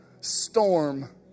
storm